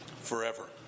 forever